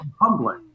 humbling